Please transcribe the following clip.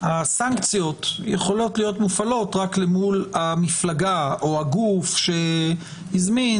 הסנקציות יכולות להיות מופעלות רק למול המפלגה או הגוף שהזמין.